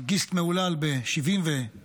מאגיסט מהולל ב-73'